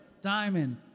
Diamond